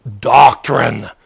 doctrine